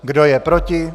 Kdo je proti?